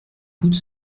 coûte